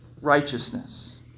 righteousness